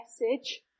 message